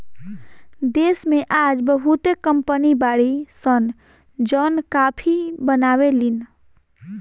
देश में आज बहुते कंपनी बाड़ी सन जवन काफी बनावे लीन